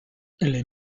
les